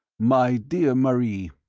my dear marie,